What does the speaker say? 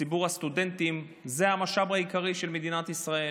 ציבור הסטודנטים זה המשאב העיקרי של מדינת ישראל.